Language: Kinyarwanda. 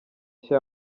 nshya